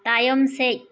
ᱛᱟᱭᱚᱢ ᱥᱮᱫ